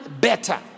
better